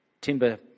timber